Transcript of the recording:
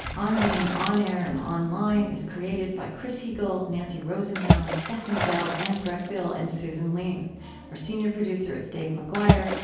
on being on air and online is created by chris heagle, nancy rosenbaum, stefni bell, anne breckbill, and susan leem our senior producer is dave mcguire.